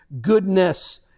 goodness